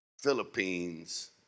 Philippines